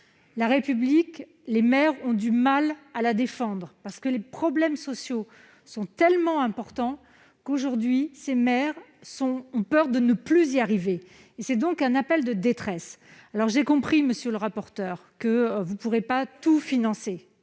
présente, où les maires ont du mal à la défendre. Les problèmes sociaux sont tellement importants qu'aujourd'hui ceux-ci craignent de ne plus y parvenir. C'est un appel de détresse. J'ai compris, monsieur le rapporteur, que vous ne pourrez pas tout financer.